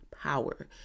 power